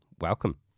welcome